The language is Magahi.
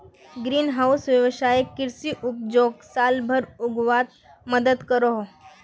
ग्रीन हाउस वैवसायिक कृषि उपजोक साल भर उग्वात मदद करोह